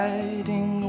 Riding